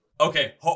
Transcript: Okay